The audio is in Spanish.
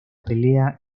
pelea